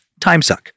timesuck